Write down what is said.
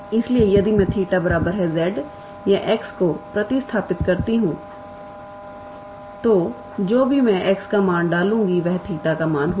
इसलिए यदि मैं 𝜃 𝑧 या x को प्रतिस्थापित करती हूं तो जो भी मैं x का मान डालूंगी वह 𝜃 का मान होगा